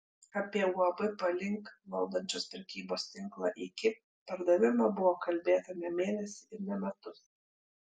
apie uab palink valdančios prekybos tinklą iki pardavimą buvo kalbėta ne mėnesį ir ne metus